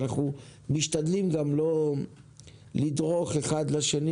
אנחנו משתדלים גם לא לדרוך אחד לשני